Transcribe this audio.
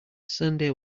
sunday